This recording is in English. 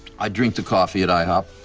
i drink the coffee at ihop.